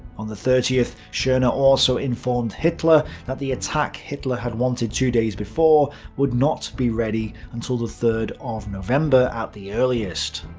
on the thirtieth, schorner also informed hitler that the attack hitler had wanted two days before would not be ready until the third of november at the earliest.